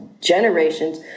generations